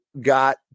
got